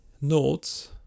nodes